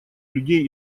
людей